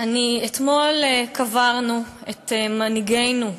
אתמול קברנו את מנהיגנו,